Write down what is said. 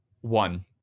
One